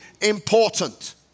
important